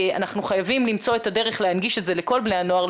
אנחנו חייבים למצוא את הדרך להנגיש את זה לכל בני הנוער,